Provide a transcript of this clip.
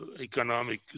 economic